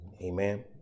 Amen